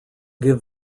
give